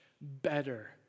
better